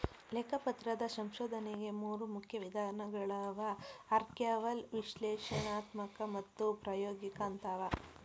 ಲೆಕ್ಕಪತ್ರದ ಸಂಶೋಧನೆಗ ಮೂರು ಮುಖ್ಯ ವಿಧಾನಗಳವ ಆರ್ಕೈವಲ್ ವಿಶ್ಲೇಷಣಾತ್ಮಕ ಮತ್ತು ಪ್ರಾಯೋಗಿಕ ಅಂತವ